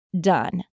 done